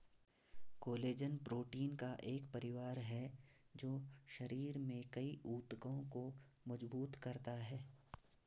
collagen protein का एक परिवार है जो शरीर में कई ऊतकों को मजबूत करता है